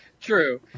True